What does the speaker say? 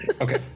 okay